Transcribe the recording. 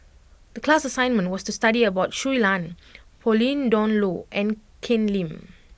the class assignment was to study about Shui Lan Pauline Dawn Loh and Ken Lim